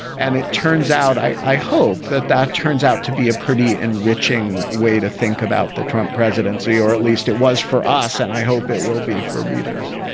and it turns out, i i hope that that turns out to be a pretty enriching way to think about the trump presidency, or at least it was for us. and i hope it will be for readers